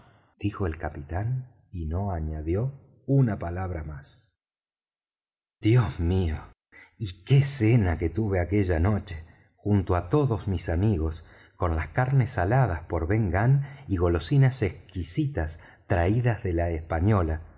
dijo el capitán y no añadió una palabra más dios mío y qué cena que tuve aquella noche junto á todos mis amigos con las carnes saladas por ben gunn y golosinas exquisitas traídas de la española